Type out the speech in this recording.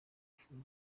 free